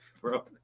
bro